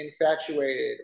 infatuated